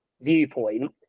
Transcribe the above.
viewpoint